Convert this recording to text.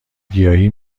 گیاهی